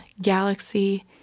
galaxy